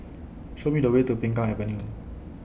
Show Me The Way to Peng Kang Avenue